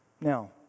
Now